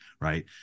Right